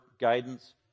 guidance